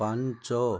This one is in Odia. ପାଞ୍ଚ